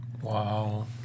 Wow